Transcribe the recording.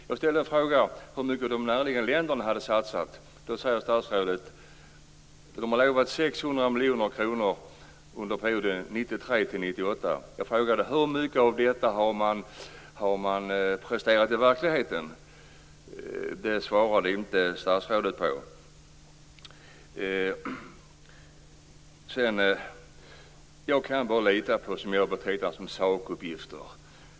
Jag ställde en fråga om hur mycket de näraliggande länderna har satsat. Statsrådet sade då att de har utlovat 600 miljoner kronor under perioden 1993 1998. Jag frågade hur mycket av detta som man har presterat i verkligheten, men det svarade inte statsrådet på. Sedan kan jag bara lita på det som jag betecknar som sakuppgifter.